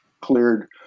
cleared